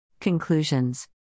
Conclusions